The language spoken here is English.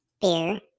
beer